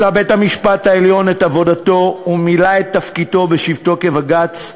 עשה בית-המשפט העליון את עבודתו ומילא את תפקידו בשבתו כבג"ץ,